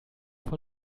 von